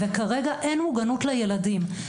כרגע אין מוגנות לילדים.